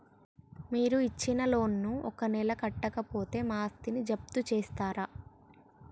మీరు ఇచ్చిన లోన్ ను ఒక నెల కట్టకపోతే మా ఆస్తిని జప్తు చేస్తరా?